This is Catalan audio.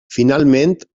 finalment